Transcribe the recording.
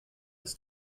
ist